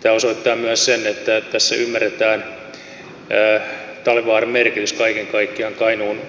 tämä osoittaa myös sen että tässä ymmärretään talvivaaran merkitys kaiken kaikkiaan